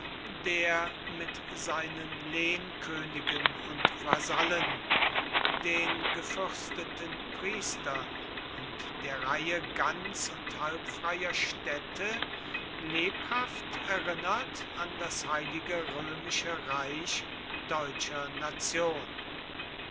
der mit seinen lehnkönigen und vasallen den gefürsteten priestern und der reihe ganz und halbfreier städte lebhaft erinnert an das heilige römische reich deutscher nation